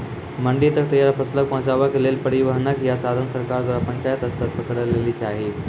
मंडी तक तैयार फसलक पहुँचावे के लेल परिवहनक या साधन सरकार द्वारा पंचायत स्तर पर करै लेली चाही?